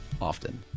Often